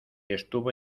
estuvo